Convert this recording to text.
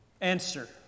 answer